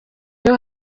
iyo